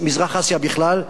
מזרח-אסיה בכלל,